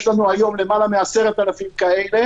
יש לנו היום יותר מ-10,000 כאלה,